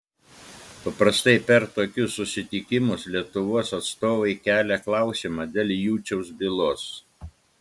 paprastai per tokius susitikimus lietuvos atstovai kelia klausimą dėl juciaus bylos